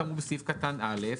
כאמור בסעיף קטן (א).